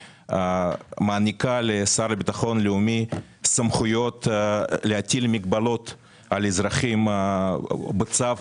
ומעניקה לשר לביטחון לאומי סמכויות להטיל מגבלות על אזרחים בצו